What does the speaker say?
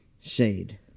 shade